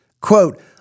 quote